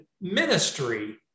ministry